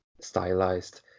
stylized